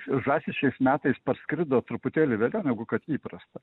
žąsys šiais metais parskrido truputėlį vėliau negu kad įprasta